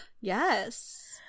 Yes